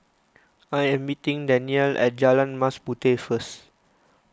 I am meeting Danyelle at Jalan Mas Puteh first